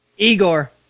Igor